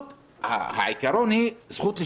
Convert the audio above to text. העיקרון הוא זכות לשוויון,